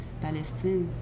Palestine